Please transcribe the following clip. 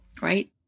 right